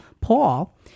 Paul